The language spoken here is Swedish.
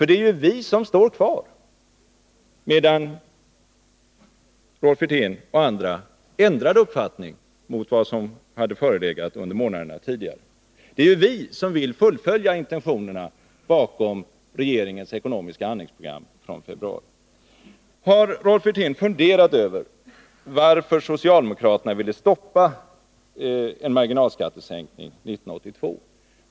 Det är ju vi som står kvar, medan Rolf Wirtén och andra ändrade uppfattning jämfört med månaderna tidigare. Det är vi som vill fullfölja intentionerna bakom regeringens ekonomiska handlingsprogram från februari. Har Rolf Wirtén funderat över varför socialdemokraterna ville stoppa en marginalskattesänkning 1982?